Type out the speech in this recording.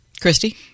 Christy